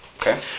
Okay